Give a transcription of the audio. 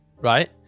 right